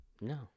No